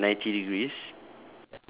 it's like ninety degrees